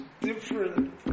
different